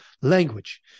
Language